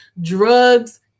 drugs